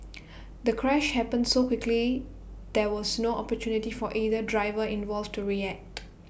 the crash happened so quickly there was no opportunity for either driver involved to react